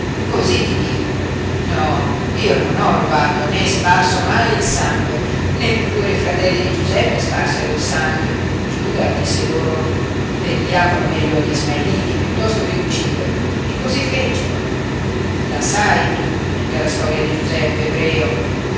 cosí ti dico no io non ho rubato né sparso mai il sangue neppure i fratelli di giuseppe sparsero il sangue giuda disse loro vendiamolo meglio agli ismaeliti piuttosto che ucciderlo e cosí fecero la sai tu tutta la storia di giuseppe ebreo